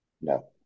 No